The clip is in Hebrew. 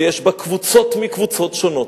ויש בה קבוצות מקבוצות שונות,